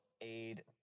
aid